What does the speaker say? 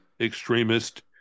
extremist